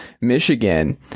Michigan